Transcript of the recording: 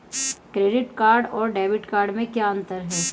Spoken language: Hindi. क्रेडिट कार्ड और डेबिट कार्ड में क्या अंतर है?